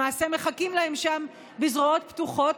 למעשה מחכים להם שם בזרועות פתוחות,